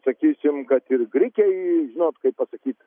sakysim kad ir grikiai žinot kaip pasakyt